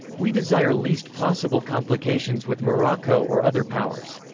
we desire least possible complications with morocco or other powers.